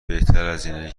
بهترازاینه